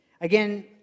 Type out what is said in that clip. Again